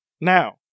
Now